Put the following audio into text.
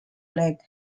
black